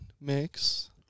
mix